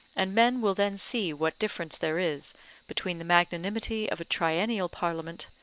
and men will then see what difference there is between the magnanimity of a triennial parliament,